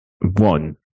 One